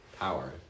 power